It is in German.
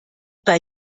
bei